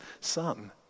son